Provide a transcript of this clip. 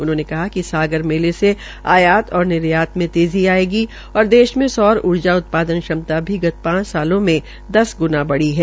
उन्होंने कहा कि सागर मेले से आयात और निर्यात में तेज़ी आयेगी और देश में सौर ऊर्जा उत्पादन क्षमता भी गत पांच सालों से दस गुणा बढ़ी है